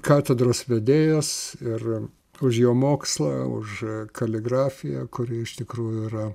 katedros vedėjas ir už jo mokslą už kaligrafija kuri iš tikrųjų yra